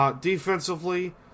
Defensively